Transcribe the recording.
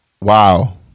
Wow